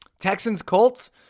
Texans-Colts